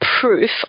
proof